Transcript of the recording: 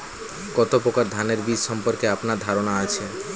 কত প্রকার ধানের বীজ সম্পর্কে আপনার ধারণা আছে?